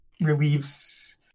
relieves